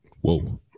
Whoa